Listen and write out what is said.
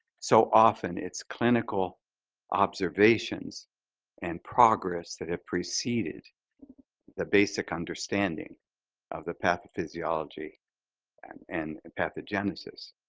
so often it's clinical observations and progress that have preceded the basic understanding of the pathophysiology and and pathogenesis.